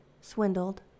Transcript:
Swindled